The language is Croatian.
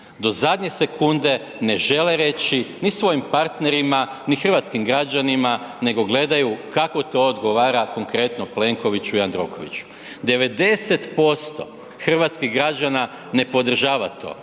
Do zadnje sekunde ne žele reći ni svojim partnerima, ni hrvatskim građanima nego gledaju kako to odgovara konkretno Plenkoviću i Jandrokoviću. 90% hrvatskih građana ne podržava to.